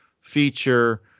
feature